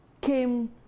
came